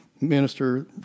minister